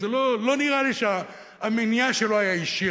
לא נראה לי שהמניע שלו היה אישי.